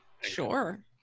Sure